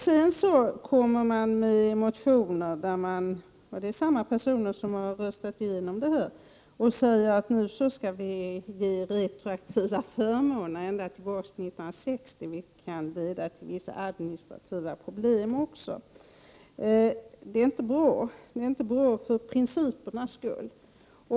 Sedan kommer det motioner — och det är från samma personer som har röstat för beslutet att ta bort förmåner — med förslag om att ge retroaktiva förmåner ända tillbaka till 1960. Det kan leda till vissa administrativa problem, men framför allt är det inte bra för principernas skull.